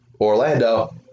Orlando